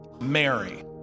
Mary